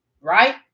right